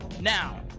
Now